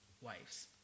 wives